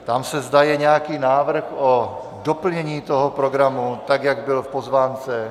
Ptám se, zda je nějaký návrh na doplnění toho programu, tak jak byl v pozvánce?